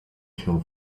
się